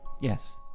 Yes